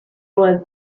was